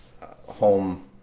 home